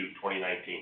2019